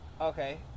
Okay